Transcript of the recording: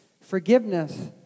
Forgiveness